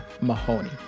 Mahoney